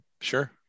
Sure